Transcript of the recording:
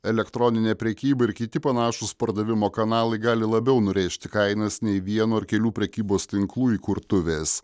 elektroninė prekyba ir kiti panašūs pardavimo kanalai gali labiau nurėžti kainas nei vieno ar kelių prekybos tinklų įkurtuvės